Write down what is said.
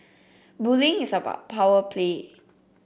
bullying is about power play